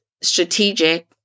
strategic